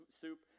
soup